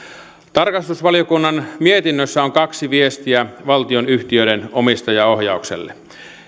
tarkastusvaliokunnan mietinnössä on kaksi viestiä valtionyhtiöiden omistajaohjaukselle